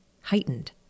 heightened